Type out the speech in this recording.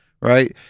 right